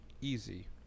Easy